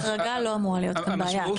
החרגה לא אמורה להיות בעיה.